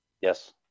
yes